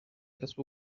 کسب